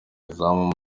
izamu